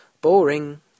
Boring